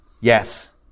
Yes